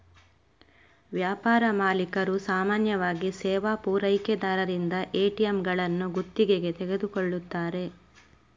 ವ್ಯಾಪಾರ ಮಾಲೀಕರು ಸಾಮಾನ್ಯವಾಗಿ ಸೇವಾ ಪೂರೈಕೆದಾರರಿಂದ ಎ.ಟಿ.ಎಂಗಳನ್ನು ಗುತ್ತಿಗೆಗೆ ತೆಗೆದುಕೊಳ್ಳುತ್ತಾರೆ